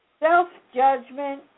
Self-judgment